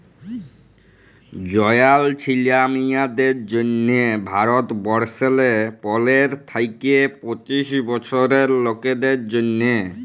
জয়াল ছিলা মিঁয়াদের জ্যনহে ভারতবর্ষলে পলের থ্যাইকে পঁচিশ বয়েসের লকদের জ্যনহে